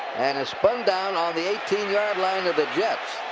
and is spun down on the eighteen yard line of the jets.